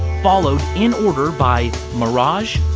followed in order by mirage,